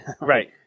Right